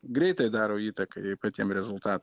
greitai daro įtaką ir patiem rezulta